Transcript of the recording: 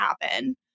happen